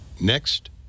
Next